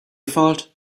fault